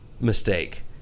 mistake